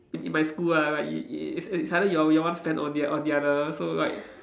in in my school lah like it it it's either you're you're one fan or the or the other so like